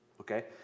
Okay